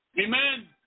Amen